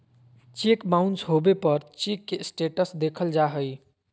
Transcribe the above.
cheque bounce होबे पर cheque के स्टेटस देखल जा हइ